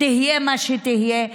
תהיה מי שתהיה,